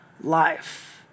life